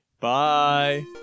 Bye